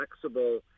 flexible